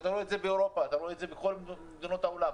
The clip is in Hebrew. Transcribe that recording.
ויש את זה באירופה ובכל מדינות העולם,